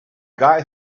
guy